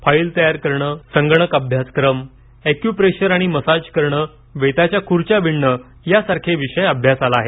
file तयार करणे संगणक अभ्यासक्रम अॅक्यूप्रेशर आणि मसाज करणे वेताच्या खुर्च्या विणणे या सारखे विषय अभ्यासाला आहेत